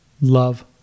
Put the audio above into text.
love